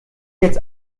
jetzt